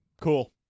cool